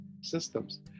systems